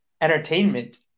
entertainment